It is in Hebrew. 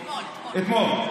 כן, אתמול, אתמול.